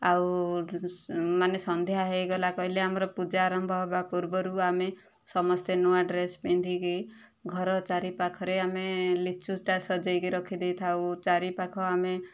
ଆଉ ମାନେ ସନ୍ଧ୍ୟା ହୋଇଗଲା କହିଲେ ଆମର ପୂଜା ଆରମ୍ଭ ହେବା ପୂର୍ବରୁ ଆମେ ସମସ୍ତେ ନୂଆ ଡ୍ରେସ ପିନ୍ଧିକି ଘର ଚାରି ପାଖରେ ଆମେ ଲିଚୁଟା ସଜାଇକି ରଖି ଦେଇଥାଉ ଚାରିପାଖ ଆମେ